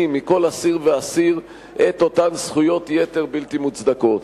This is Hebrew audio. מכל אסיר ואסיר את אותן זכויות יתר בלתי מוצדקות.